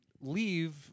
leave